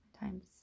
time's